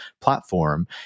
platform